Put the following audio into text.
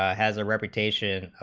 ah has a reputation,